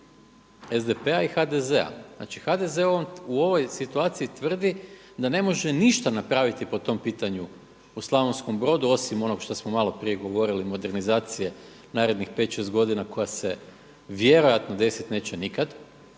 SDP-a i HDZ-a. Znači HDZ u ovoj situaciji tvrdi da ne može ništa napraviti po tom pitanju u Slavonskom Brodu osim onog što smo malo prije govorili modernizacije narednih pet, šest godina koja se vjerojatno neće desiti nikada